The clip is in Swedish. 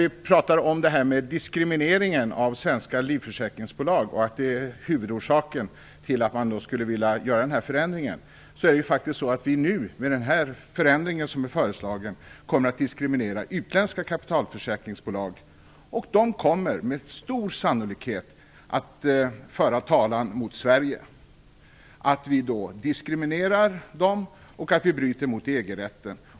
Vi pratar om detta med diskrimineringen av de svenska livförsäkringsbolagen och att det är huvudorsaken till att man vill göra den här förändringen. Med den förändring som är nu föreslagen kommer vi att diskriminera utländska kapitalförsäkringsbolag. De kommer med stor sannolikhet att föra talan mot Sverige. De kommer att säga att vi diskriminerar dem och att vi bryter mot EG-rätten.